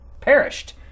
perished